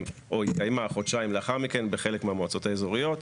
או התקיימה חודשיים לאחר מכן בחלק מהמועצות האזוריות.